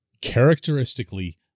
characteristically